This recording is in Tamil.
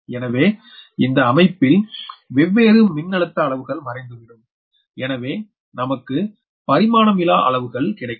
எனவே இந்த அமைப்பில் வெவ்வேறு மின்னழுத்த அளவுகள் மறைந்துவிடும் எனவே நமக்கு பரிமானமிலா அளவுகள் கிடைக்கும்